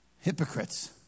Hypocrites